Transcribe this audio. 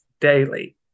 daily